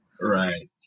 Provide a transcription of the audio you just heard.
right